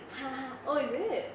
!huh! !huh! oh is it